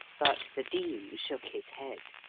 but the dean shook his head.